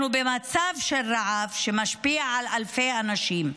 אנחנו במצב של רעב, שמשפיע על אלפי אנשים.